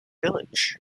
village